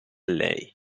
lei